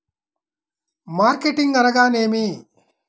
Marketing అనగానేమి?